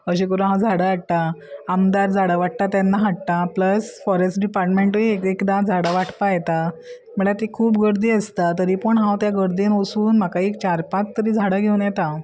अशें करून हांव झाडां हाडटा आमदार झाडां वाडटा तेन्ना हाडटा प्लस फॉरेस्ट डिपार्टमेंटूय एक एकदां झाडां वाटपाक येता म्हळ्यार ती खूब गर्दी आसता तरी पूण हांव त्या गर्दीन वसून म्हाका एक चार पांच तरी झाडां घेवन येता हांव